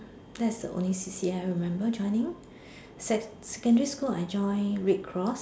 that's the only C_C_A I remember joining sec~ secondary school I join red cross